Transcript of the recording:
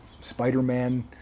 Spider-Man